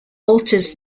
alters